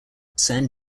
sand